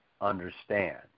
understand